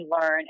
learn